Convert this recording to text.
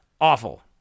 Awful